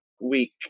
week